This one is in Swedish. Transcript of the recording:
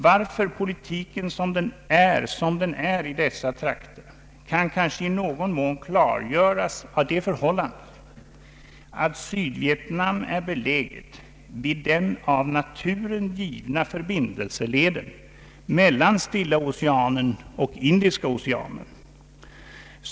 Varför politiken är som den är i dessa trakter kan kanske i någon mån klargöras av det förhållandet, att Sydvietnam är beläget vid den av naturen givna förbindelseleden mellan Stilla oceanen och Indiska oceanen.